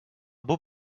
beau